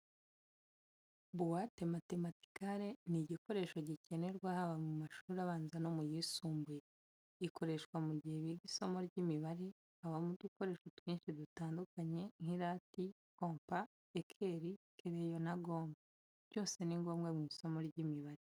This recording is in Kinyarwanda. Buwate matematikare ni igikoresho gikenerwa haba mu mashuri abanza no mu yisumbuye. Ikoreshwa mu gihe biga isomo ry'imibare, habamo udukoresho twinshi dutandukanye nk'i rati, kompa, ekeri, kereyo na gome, byose ni ngombwa mu isomo ry'imibare.